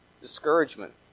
discouragement